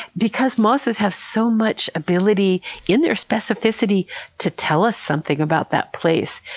because mosses have so much ability in their specificity to tell us something about that place.